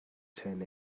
ten